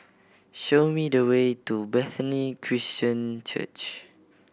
show me the way to Bethany Christian Church